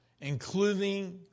including